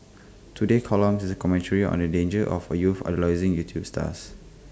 today's column is A commentary on the dangers of youths idolising YouTube stars